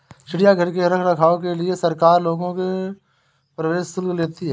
चिड़ियाघर के रख रखाव के लिए सरकार लोगों से प्रवेश शुल्क लेती है